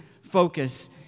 focus